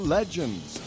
Legends